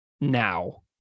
now